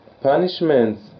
punishments